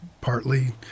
partly –